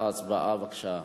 הצבעה, בבקשה.